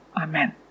Amen